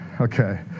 Okay